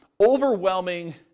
overwhelming